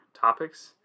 topics